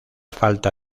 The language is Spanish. falta